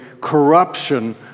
corruption